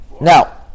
Now